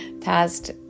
past